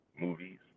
movies